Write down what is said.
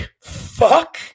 fuck